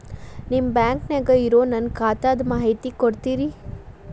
ನಿಮ್ಮ ಬ್ಯಾಂಕನ್ಯಾಗ ಇರೊ ನನ್ನ ಖಾತಾದ ಮಾಹಿತಿ ಕೊಡ್ತೇರಿ?